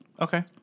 Okay